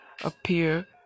appear